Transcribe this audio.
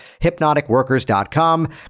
hypnoticworkers.com